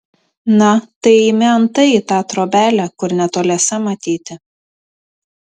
na tai eime į antai tą trobelę kur netoliese matyti